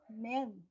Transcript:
men